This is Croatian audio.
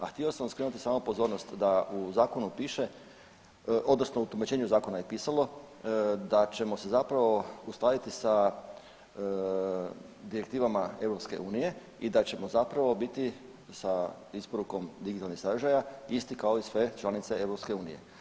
A htio sam skrenuti samo pozornost da u zakonu piše, odnosno u tumačenju zakona je pisalo da ćemo se zapravo uskladiti sa direktivama EU i da ćemo zapravo biti sa isporukom digitalnih sadržaja isti kao i sve članice EU.